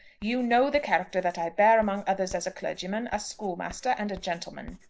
you know the character that i bear among others as a clergyman, a schoolmaster, and a gentleman.